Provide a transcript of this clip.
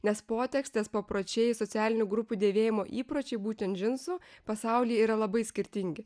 nes potekstės papročiai socialinių grupių dėvėjimo įpročiai būtent džinsų pasauly yra labai skirtingi